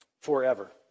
forever